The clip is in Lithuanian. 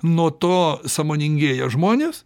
nuo to sąmoningėja žmonės